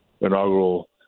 inaugural